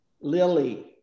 Lily